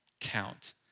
count